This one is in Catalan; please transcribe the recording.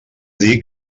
dir